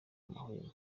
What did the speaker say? amahwemo